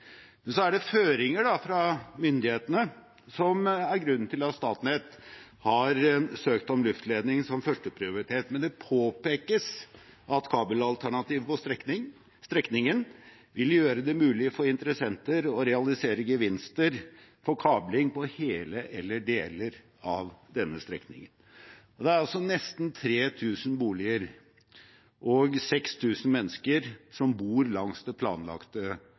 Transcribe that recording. er føringer fra myndighetene som er grunnen til at Statnett har søkt om luftledning som førsteprioritet, men det påpekes at kabelalternativet på strekningen vil gjøre det mulig for interessenter å realisere gevinster for kabling på hele eller deler av denne strekningen. Det er altså nesten 3 000 boliger langs det planlagte luftspennet og 6 000 mennesker som bor